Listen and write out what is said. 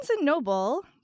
Noble